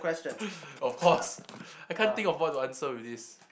of course I can't think of what to answer with this